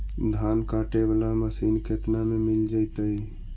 धान काटे वाला मशीन केतना में मिल जैतै?